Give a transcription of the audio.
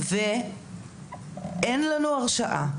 ואין לנו הרשאה,